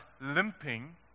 limping